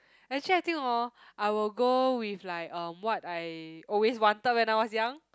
actually I think hor I will go with like uh what I always wanted when I was young